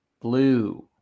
Blue